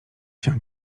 się